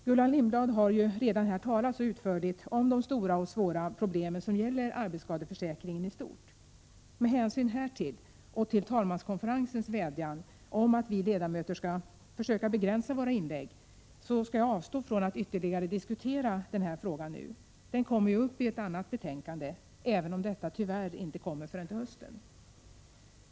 Gullan Lindblad har ju redan här talat så utförligt om de stora och svåra problem som gäller arbetsskadeförsäkringen i stort. Med hänsyn därtill och till talmanskonferensens vädjan om att vi ledamöter skall försöka begränsa våra inlägg, skall jag avstå från att ytterligare diskutera den här frågan nu. Den kommer ju upp i ett annat betänkande — även om detta tyvärr inte behandlas förrän till hösten.